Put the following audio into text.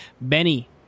Benny